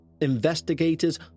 Investigators